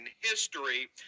history